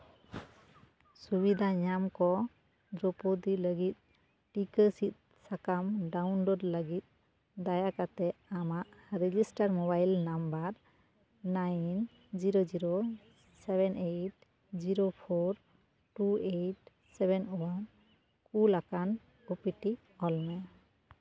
ᱥᱩᱵᱤᱫᱟ ᱧᱟᱢ ᱠᱚ ᱫᱨᱳᱣᱯᱚᱫᱤ ᱞᱟᱹᱜᱤᱫ ᱴᱤᱠᱟᱹ ᱥᱤᱫᱽ ᱥᱟᱠᱟᱢ ᱰᱟᱣᱩᱱᱞᱳᱰ ᱞᱟᱹᱜᱤᱫ ᱫᱟᱭᱟ ᱠᱟᱛᱮᱫ ᱟᱢᱟᱜ register mobile number nine zero zero seven eight zero four two eight seven one call ᱟᱠᱟᱱᱟ ᱳᱯᱤᱴᱤ ᱚᱞ ᱢᱮ